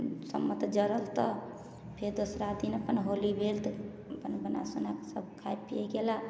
सम्मत जड़ल तऽ फेर दोसरा दिन अपन होली भेल तऽ अपन बना सोना कऽ सभ खाइ पिए गेलाह